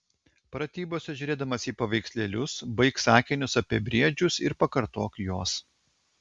pratybose žiūrėdamas į paveikslėlius baik sakinius apie briedžius ir pakartok juos